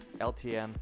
LTN